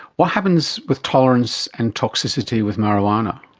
what happens with tolerance and toxicity with marijuana?